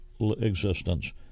existence